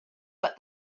but